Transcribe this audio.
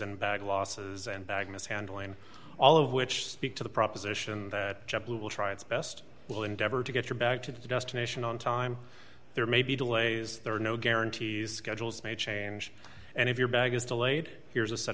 and bag losses and agnes handling all of which speak to the proposition that jet blue will try its best will endeavor to get you back to the destination on time there may be delays there are no guarantees goggles may change and if your bag is delayed here's a set